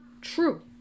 true